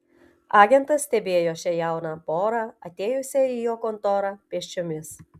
agentas stebėjo šią jauną porą atėjusią į jo kontorą pėsčiomis